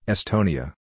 Estonia